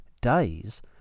days